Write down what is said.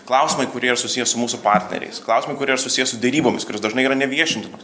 klausimai kurie yra susiję su mūsų partneriais klausimai kurie yra susiję su derybomis kurios dažnai yra neviešintinos